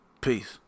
Peace